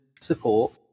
support